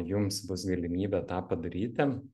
jums bus galimybė tą padaryti